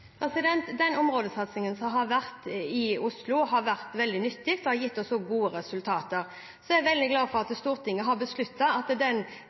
Den områdesatsingen som har vært i Oslo, har vært veldig nyttig og har også gitt gode resultater. Så er jeg veldig glad for at Stortinget har besluttet at